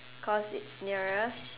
cause it's nearest